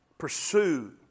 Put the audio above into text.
Pursue